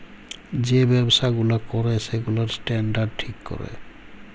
যে ব্যবসা গুলা ক্যরে সেগুলার স্ট্যান্ডার্ড ঠিক ক্যরে